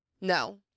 No